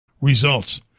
Results